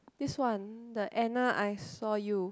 this one the Anna I saw you